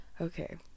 okay